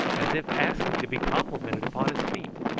as if asking to be complimented upon his feat.